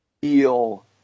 feel –